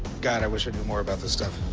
god, i wish i knew more about this stuff.